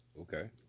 Okay